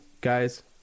guys